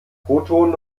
protonen